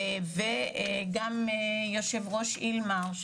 וגם יושב-ראש אילמ"ר,